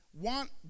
want